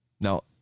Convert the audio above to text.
Now